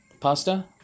pasta